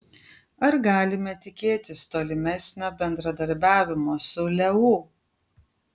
ar galime tikėtis tolimesnio bendradarbiavimo su leu